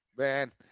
Man